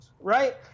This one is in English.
right